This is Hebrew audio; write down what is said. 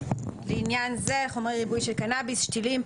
לעניין זה "חומרי ריבוי של קנאביס" שתילים,